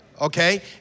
okay